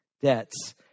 Debts